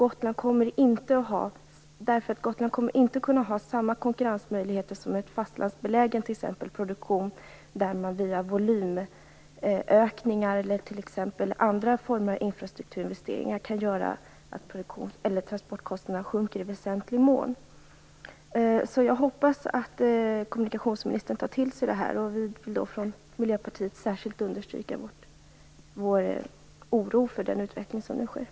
Man kommer på Gotland inte att ha samma konkurrensmöjligheter som för t.ex. fastlandsbelägen produktion där volymökningar och andra former av infrastrukturinvesteringar gör att transportkostnaderna sjunker i väsentlig mån. Jag hoppas att kommunikationsministern tar till sig av argumenten. Vi från Miljöpartiet vill särskilt understryka vår oro för den nuvarande utvecklingen.